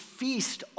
feast